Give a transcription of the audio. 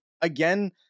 again